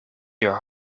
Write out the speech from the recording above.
your